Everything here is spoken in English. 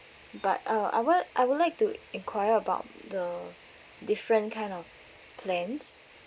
but uh I want I would like to inquire about the different kind of plans